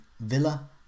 Villa